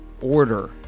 order